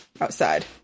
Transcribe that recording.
outside